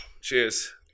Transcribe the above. Cheers